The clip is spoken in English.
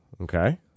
Okay